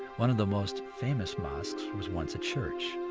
one of the most famous mosques was once a church,